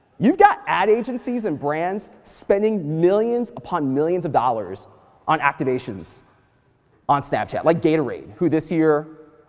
you've got ad agencies and brands spending millions upon millions of dollars on activations on snapchat. like gatorade who, this year,